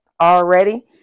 already